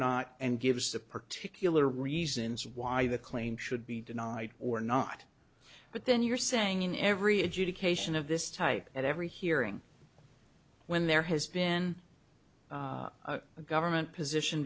not and gives the particular reasons why the claim should be denied or not but then you're saying in every adjudication of this type at every hearing when there has been a government position